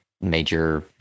major